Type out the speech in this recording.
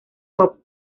pop